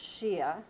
Shia